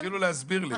תתחילו להסביר לי.